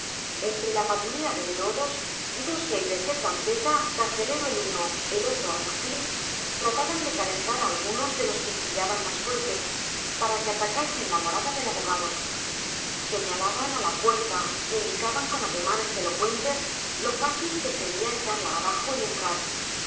entre la patulea de beodos dos seides de trampeta carcelero el uno el otro alguacil trataban de calentar a algunos de los que chillaban más fuerte para que atacasen la morada del abogado señalaban a la puerta indicaban con ademanes elocuentes lo fácil que sería echarla abajo y entrar